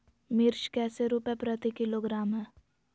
मिर्च कैसे रुपए प्रति किलोग्राम है?